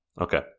Okay